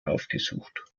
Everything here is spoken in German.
aufgesucht